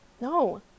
no